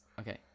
Okay